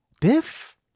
Biff